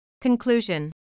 Conclusion